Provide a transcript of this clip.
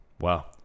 Wow